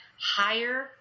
higher